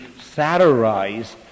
satirized